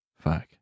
Fuck